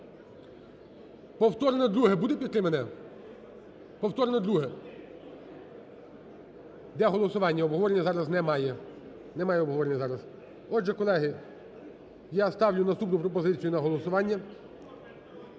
Повторне друге буде підтримане? Повторне друге? Йде голосування, обговорення зараз немає. Немає обговорення зараз. Отже, колеги, я ставлю наступну пропозицію на голосування: